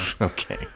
Okay